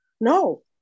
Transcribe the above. no